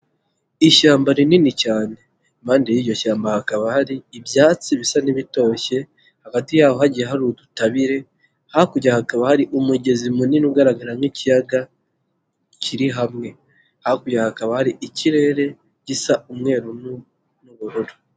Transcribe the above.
Ishyamba rinini cyane, impande y'iryo shyamba hakaba hari ibyatsi bisa n'ibitoshye hagati yaho hagiye hari udutabire, hakurya hakaba hari umugezi munini ugaragara nk'ikiyaga kiri hamwe, hakurya hakaba ari ikirere gisa umweru'ubururu.